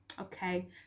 Okay